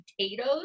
potatoes